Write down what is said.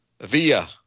via